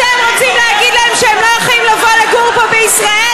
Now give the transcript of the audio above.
אתם רוצים להגיד להם שהם לא יכולים לבוא לגור פה בישראל?